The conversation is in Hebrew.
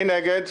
מי נגד?